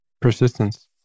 persistence